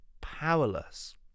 powerless